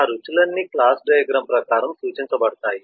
ఆ రుచులన్నీ class diagram ప్రకారం సూచించబడతాయి